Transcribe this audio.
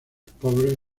pobres